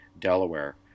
Delaware